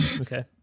okay